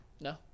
No